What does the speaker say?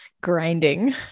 grinding